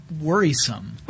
worrisome